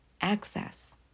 access